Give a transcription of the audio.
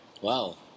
Wow